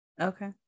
Okay